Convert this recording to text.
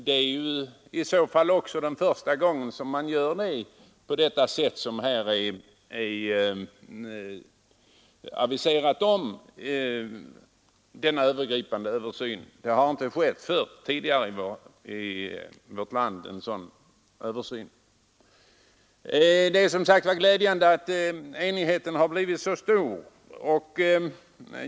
Det är i så fall första gången som vi i vårt land får en sådan övergripande översyn av lärarut bildningen. Det är glädjande att vi kunnat uppnå denna stora enighet.